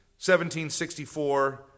1764